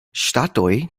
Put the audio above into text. ŝtatoj